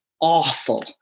awful